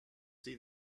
see